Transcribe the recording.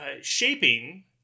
shaping